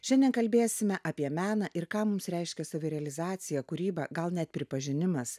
šiandien kalbėsime apie meną ir ką mums reiškia savirealizacija kūryba gal net pripažinimas